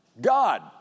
God